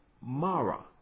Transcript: Mara